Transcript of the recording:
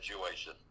situation